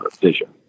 vision